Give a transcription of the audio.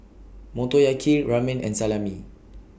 Motoyaki Ramen and Salami